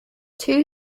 two